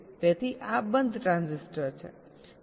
તેથી આ બંધ ટ્રાન્ઝિસ્ટર છે